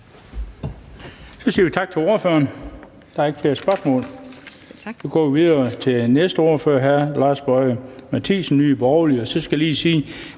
Så siger vi tak til ordføreren. Der er ikke flere spørgsmål. Så går vi videre til den næste ordfører, hr. Lars Boje Mathiesen, Nye Borgerlige. Så skal jeg lige sige,